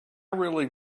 really